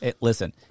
Listen